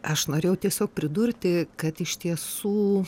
aš norėjau tiesiog pridurti kad iš tiesų